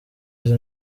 izi